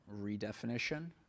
redefinition